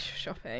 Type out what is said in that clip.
shopping